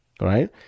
right